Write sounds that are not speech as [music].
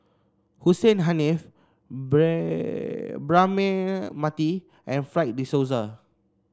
Hussein Haniff [unintelligible] Braema Mathi and Fred De Souza